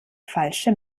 falsche